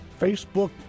Facebook